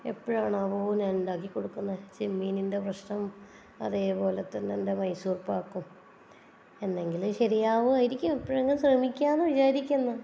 എപ്പഴാണോവോ ഞാൻ ഉണ്ടാക്കിക്കൊടുക്കുന്നത് ചെമ്മീനിൻ്റെ പ്രശ്നം അതുപോലെ തന്നെ എൻ്റെ മൈസൂർ പാക്കും എന്നെങ്കിലും ശരിയാവുമായിരിക്കും എപ്പോഴെങ്കിലും ശ്രമിക്കാം എന്ന് വിചാരിക്കുന്നു